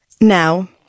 Now